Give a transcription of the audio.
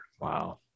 Wow